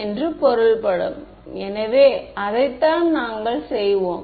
எனவே அதைப் பார்க்க வேறு ஒரு விஷயத்தைப் இங்கே பார்ப்போம்